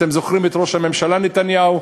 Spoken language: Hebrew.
אתם זוכרים את ראש הממשלה נתניהו?